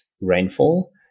rainfall